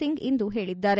ಸಿಂಗ್ ಇಂದು ಹೇಳದ್ದಾರೆ